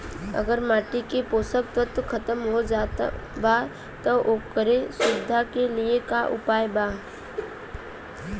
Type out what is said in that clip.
अगर माटी के पोषक तत्व खत्म हो जात बा त ओकरे सुधार के लिए का उपाय बा?